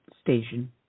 Station